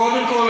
קודם כול,